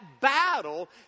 battle